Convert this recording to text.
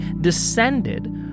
descended